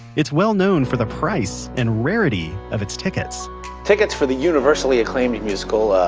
it's well known for the price and rarity of its tickets tickets for the universally acclaimed musical,